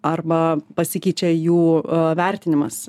arba pasikeičia jų vertinimas